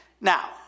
Now